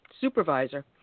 supervisor